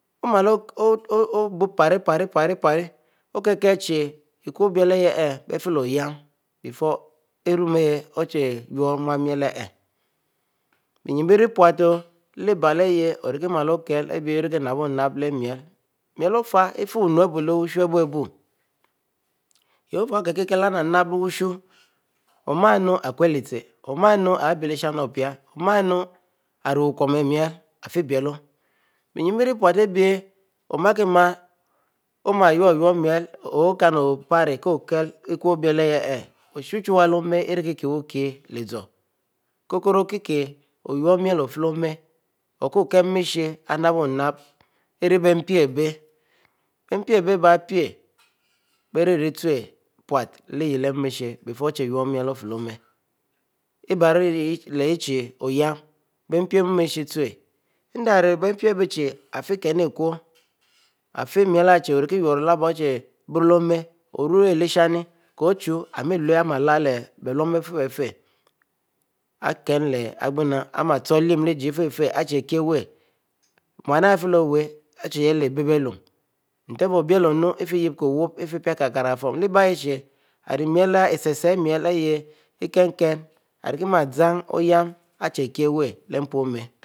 Nsanouuie oru. nrue ade chie mu ari kieme kieme wulyah lyurro lylum leh m'e ari lumm-lumie, arikieh leh-lumelema, nyum bie luheshe luel nkukie ari buro hieh loehieb-wuie lelmechie-chibo lehbrem chie wuluom-miel arieh kilehlum lehberem buwum aribie irikieh bele biele otun ibiebo mpi awo ochuwue, kieh bielennu-innue, kinnunn nten lehobie awo ochuwe en-ncum nten, enyunchie ihieh iyule ute iri yule yehari bouri bierem yehi leh-tehieh fi m'a, yeh ibur leh berem, ikuo-ochuwue, irue wuehie ari burro yeh, ari pon biemu abie yeh, arieh buo yen ari yeh bie buoo kibie rumu bie yeh yeh lehlum ochuwue, bie-bieh bie trkieh leh-obie kienn nten, ochuwue ade, awo ori rum mpi osubie chie papa wuchulem osha ki mieh miel ari irikie mar male olehnue bereme ikin-kin lehbiempi aribiele buoo, wuori wyen isah ibieh ori wuyen isha-arieh wuor kilekieh beibumbo abiehbie yuen leh bietum wutum bn biempi abie nyenu kiebiepieh, mielari hieh arikie yuoyuo, wuluom orieh